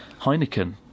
Heineken